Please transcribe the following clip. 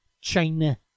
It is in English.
China